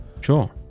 Sure